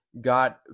got